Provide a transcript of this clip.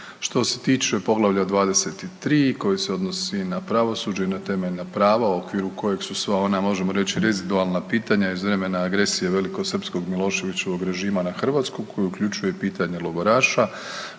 Što se tiče Poglavlja 23. koje se odnosi na pravosuđe i na temeljna prava, a u okviru kojeg su sva ona možemo reć rezidualna pitanja iz vremena agresije velikosrpskog Miloševićevog režima na Hrvatsku koji uključuje i pitanje logoraša,